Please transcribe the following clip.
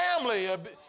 family